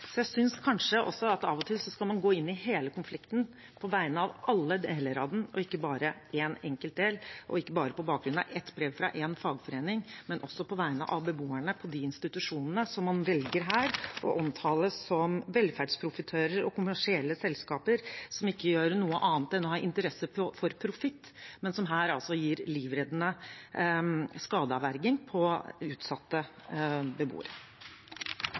Jeg synes kanskje man av og til skal gå inn i hele konflikten, på vegne av alle deler av den, og ikke bare én enkelt del, og ikke bare på bakgrunn av ett brev fra én fagforening, men også på vegne av beboerne på disse institusjonene som man velger å omtale som «velferdsprofitører og kommersielle selskaper som ikke gjør noe annet enn å ha interesse for profitt», men som her altså gir livreddende skadeavverging for utsatte beboere.